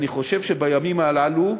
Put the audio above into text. אני חושב שבימים הללו,